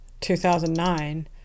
2009